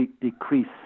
decrease